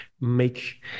make